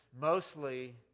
mostly